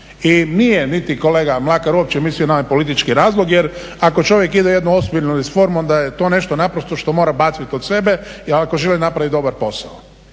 I nije niti kolega Mlakar uopće mislio na ovaj politički razlog jer ako čovjek ide u jednu ozbiljnu …/Govornik se ne razumije./… onda je to nešto naprosto što mora baciti od sebe ako želi napraviti dobar posao.